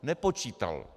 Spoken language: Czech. Nepočítal.